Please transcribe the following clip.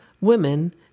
women